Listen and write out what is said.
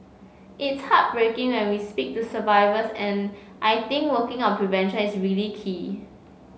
it's heartbreaking when we speak to survivors and I think working on prevention is really key